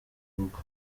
rugo